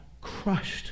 crushed